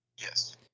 Yes